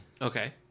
Okay